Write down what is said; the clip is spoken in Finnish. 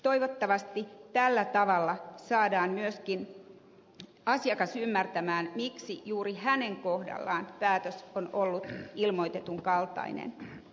toivottavasti tällä tavalla saadaan myöskin asiakas ymmärtämään miksi juuri hänen kohdallaan päätös on ollut ilmoitetun kaltainen